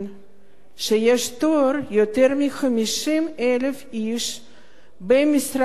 זה שיש תור של יותר מ-50,000 איש במשרד הקליטה,